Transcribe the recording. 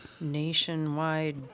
nationwide